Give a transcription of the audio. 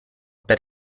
per